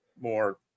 more